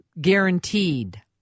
guaranteed